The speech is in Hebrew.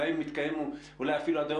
מתקיים אולי אפילו עד היום.